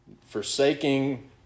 Forsaking